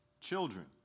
Children